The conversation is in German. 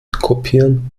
kopieren